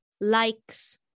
likes